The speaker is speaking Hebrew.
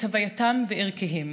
את הווייתם וערכיהם